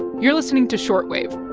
you're listening to short wave